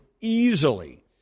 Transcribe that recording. easily